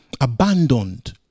abandoned